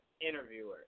interviewer